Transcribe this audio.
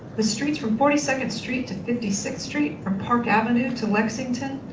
the streets from forty second street to fifty sixth street, from park avenue to lexington,